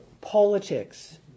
politics